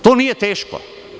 To nije teško.